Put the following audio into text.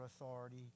authority